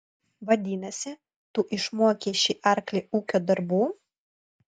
vadinasi tu išmokei šį arklį ūkio darbų